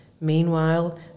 Meanwhile